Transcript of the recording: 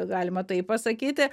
galima taip pasakyti